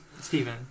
Stephen